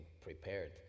prepared